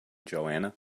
joanna